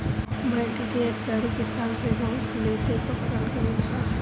bank के अधिकारी किसान से घूस लेते पकड़ल गइल ह